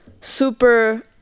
super